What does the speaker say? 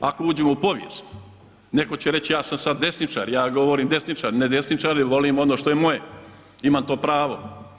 Ako uđemo u povijest, netko će reći ja sam sad desničar, ja govorim desničar, ne desničar jer volim ono što je moje, imam to pravo.